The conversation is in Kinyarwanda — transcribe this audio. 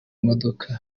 modoka